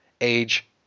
age